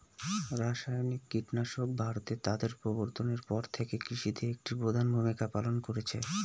রাসায়নিক কীটনাশক ভারতে তাদের প্রবর্তনের পর থেকে কৃষিতে একটি প্রধান ভূমিকা পালন করেছে